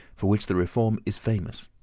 for which the reform is famous.